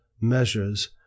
measures